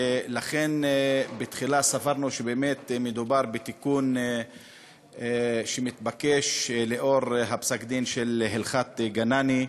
ולכן בתחילה סברנו שבאמת מדובר בתיקון שמתבקש לפי פסק-הדין בהלכת גנני,